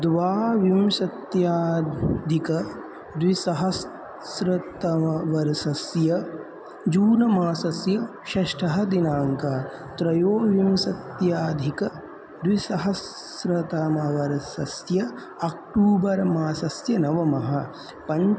द्वाविंशत्यधिकद्विसहस्रतमवर्षस्य जून्मासस्य षष्ठः दिनाङ्क त्रयोविंशत्याधिकद्विसहस्रतमवर्षस्य अक्टूबर्मासस्य नवमः पञ्च